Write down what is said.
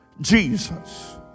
Jesus